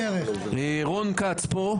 רון כץ פה,